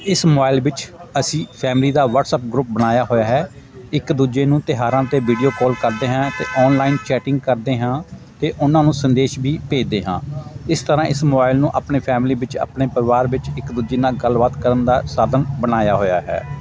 ਇਸ ਮੋਬਾਈਲ ਵਿੱਚ ਅਸੀਂ ਫੈਮਲੀ ਦਾ ਵਟਸਐਪ ਗਰੁੱਪ ਬਣਾਇਆ ਹੋਇਆ ਹੈ ਇੱਕ ਦੂਜੇ ਨੂੰ ਤਿਉਹਾਰਾਂ 'ਤੇ ਵੀਡਿਓ ਕੌਲ ਕਰਦੇ ਹਾਂ ਅਤੇ ਔਨਲਾਈਨ ਚੈਟਿੰਗ ਕਰਦੇ ਹਾਂ ਅਤੇ ਉਹਨਾਂ ਨੂੰ ਸੰਦੇਸ਼ ਵੀ ਭੇਜਦੇ ਹਾਂ ਇਸ ਤਰ੍ਹਾਂ ਇਸ ਮੋਬਾਈਲ ਨੂੰ ਆਪਣੇ ਫੈਮਲੀ ਵਿੱਚ ਆਪਣੇ ਪਰਿਵਾਰ ਵਿੱਚ ਇੱਕ ਦੂਜੇ ਨਾਲ ਗੱਲਬਾਤ ਕਰਨ ਦਾ ਸਾਧਨ ਬਣਾਇਆ ਹੋਇਆ ਹੈ